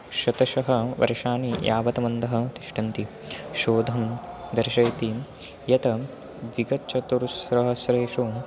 शतशः वर्षानि यावत् मन्दः तिष्टन्ति शोधं दर्शयति यत् द्विचतुःसहस्रेषु